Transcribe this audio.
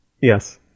Yes